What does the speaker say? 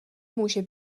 může